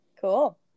Cool